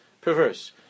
Perverse